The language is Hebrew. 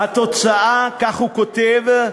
"התוצאה", כך הוא כותב,